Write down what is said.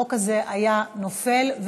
החוק הזה היה נופל,